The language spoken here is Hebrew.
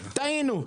טעינו.